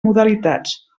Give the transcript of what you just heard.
modalitats